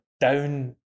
down